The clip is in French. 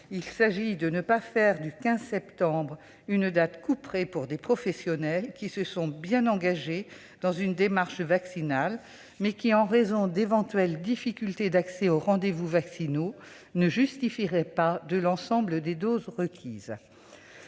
Il s'agit de ne pas faire du 15 septembre une date couperet pour des professionnels qui se sont bien engagés dans une démarche vaccinale, mais qui, en raison d'éventuelles difficultés d'accès aux rendez-vous vaccinaux, ne justifieraient pas de l'ensemble des doses requises.